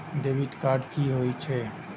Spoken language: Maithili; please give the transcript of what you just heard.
डेबिट कार्ड की होय छे?